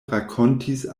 rakontis